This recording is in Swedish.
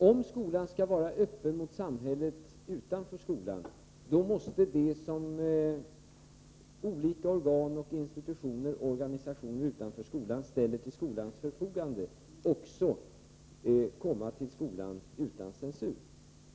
Om skolan skall vara öppen mot samhället måste material m.m. som olika organ, institutioner och organisationer utanför skolan ställer till skolans förfogande också få komma till skolan utan censur.